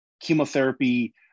chemotherapy